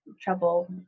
trouble